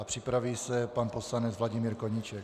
Připraví se pan poslanec Vladimír Koníček.